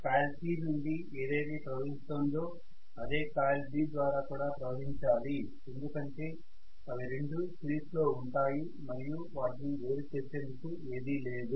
coil C నుండి ఏదైతే ప్రవహిస్తోందో అదే కాయిల్ B ద్వారా కూడా ప్రవహించాలి ఎందుకంటే అవి రెండు సిరీస్లో ఉంటాయి మరియు వాటిని వేరు చేసేందుకు ఏదీ లేదు